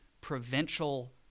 provincial